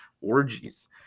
orgies